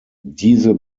diese